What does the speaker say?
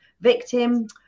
victim